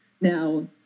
Now